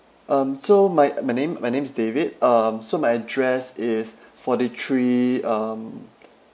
um so my my name my name is david um so my address is forty three um